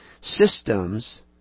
systems